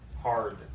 hard